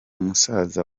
musaza